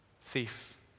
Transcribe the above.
thief